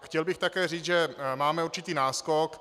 Chtěl bych také říct, že máme určitý náskok.